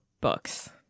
books